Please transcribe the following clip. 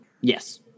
Yes